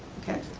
okay.